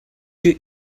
you